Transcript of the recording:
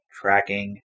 tracking